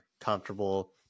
comfortable